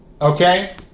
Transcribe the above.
Okay